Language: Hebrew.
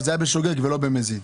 אבל זה היה בשוגג ולא במזיד.